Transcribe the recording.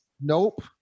Nope